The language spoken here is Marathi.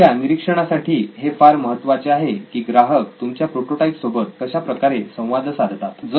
तुमच्या निरीक्षणासाठी हे फार महत्त्वाचे आहे की ग्राहक तुमच्या प्रोटोटाईप सोबत कशा प्रकारे संवाद साधतात